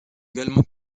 également